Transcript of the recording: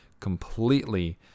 completely